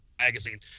magazine